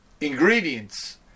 ingredients